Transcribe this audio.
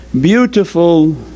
beautiful